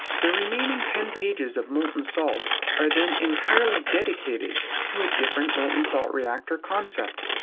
the remaining ten pages of molten salt are then entirely dedicated to a different molten salt reactor concept.